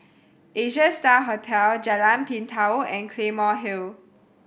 Asia Star Hotel Jalan Pintau and Claymore Hill